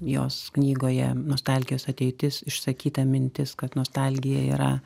jos knygoje nostalgijos ateitis išsakyta mintis kad nostalgija yra